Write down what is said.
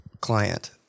client